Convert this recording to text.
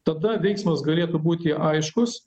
tada veiksmas galėtų būti aiškus